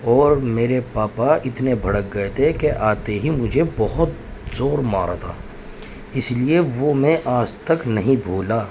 اور میرے پاپا اتنے بھڑک گئے تھے کہ آتے ہی مجھے بہت زور مارا تھا اس لیے وہ میں آج تک نہیں بھولا